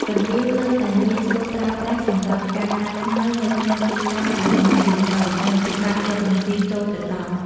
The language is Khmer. កណ្ដៀវនៅតែងាយស្រួលប្រើប្រាស់សម្រាប់ការកាត់ស្មៅនៅក្នុងទីតាំងដែលមានវាលតូច និងពិបាកយកម៉ាស៊ីនចូលទៅដល់។